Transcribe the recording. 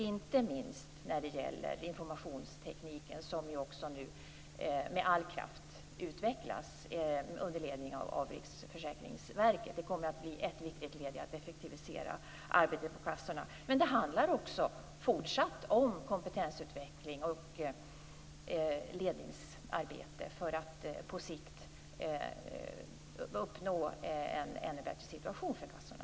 Det gäller inte minst informationstekniken som ju nu med all kraft utvecklas under ledning av Riksförsäkringsverket. Det kommer att bli ett viktigt led i att effektivisera arbetet på kassorna. Men det handlar också om fortsatt kompetensutveckling och ledningsarbete för att på sikt uppnå en bättre situation för kassorna.